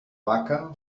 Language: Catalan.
vaca